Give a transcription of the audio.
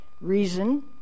reason